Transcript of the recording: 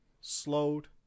slowed